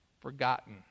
forgotten